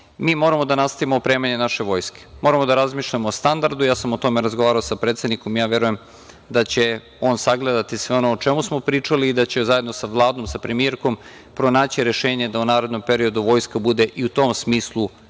moramo da nastavimo opremanje naše vojske. Moramo da razmišljamo o standardu, ja sam o tome razgovarao sa predsednikom, ja verujem da će on sagledati sve ono o čemu smo pričali i da će zajedno sa Vladom, sa premijerkom pronaći rešenje da u narednom periodu vojska bude i u tom smislu bolja,